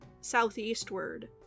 southeastward